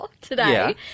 today